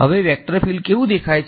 હવે આ vector field કેવુ દેખાય છે